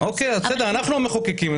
אנחנו המחוקקים.